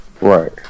right